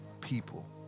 people